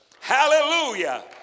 Hallelujah